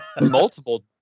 Multiple